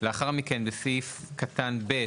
לאחר מכן, בסעיף קטן (ב)